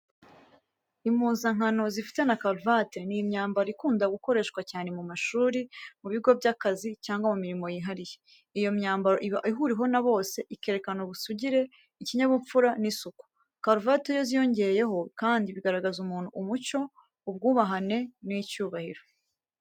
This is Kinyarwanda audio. Impuzankano zifite na karuvate ni imyambaro ikunda gukoreshwa cyane mu mashuri, mu bigo by’akazi cyangwa mu mirimo yihariye. Iyo myambaro iba ihuriweho na bose, ikerekana ubusugire, ikinyabupfura n’isuku. Karuvate iyo ziyongeyeho kandi bigaragariza umuntu umucyo, ubwubahane n’icyubahiro.